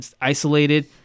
isolated